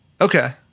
Okay